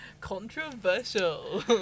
Controversial